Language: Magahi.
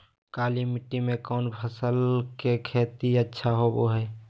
काली मिट्टी में कौन फसल के खेती अच्छा होबो है?